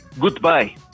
Goodbye